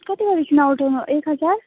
कति गरिकन उठाउनु एक हजार